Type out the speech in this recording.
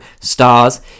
stars